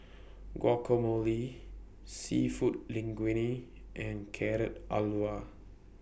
Guacamole Seafood Linguine and Carrot Halwa